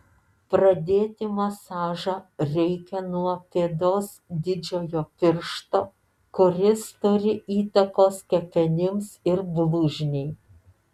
pradėti masažą reikia nuo pėdos didžiojo piršto kuris turi įtakos kepenims ir blužniai